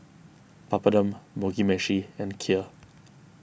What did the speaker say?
Papadum Mugi Meshi and Kheer